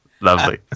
Lovely